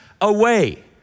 away